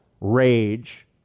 rage